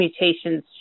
mutations